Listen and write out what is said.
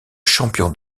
champion